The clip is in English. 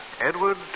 Edward